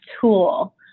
tool